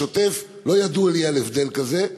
בשוטף לא ידוע לי על הבדל כזה.